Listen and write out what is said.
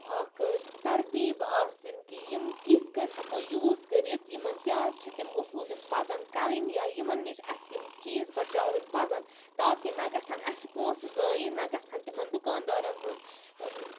اکھ تربیٖب آسٕنۍ کہِ یِم کِتھ کٔنۍ ہؠکو یوٗز کٔرِتھ یِمن کیاہ چھِ تِم اصوٗل یِم پَزَن کَرٕنۍ یا یِمَن نِش اَسہِ یِم چیٖز بَچاوٕنۍ پزن تاکہِ نہ گژھن اَسہِ پونٛسہٕ زایہِ نہ گژھن تِمَن دُکاندارَن ہٕنٛز